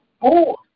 four